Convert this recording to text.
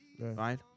Right